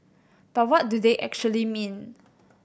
but what do they actually mean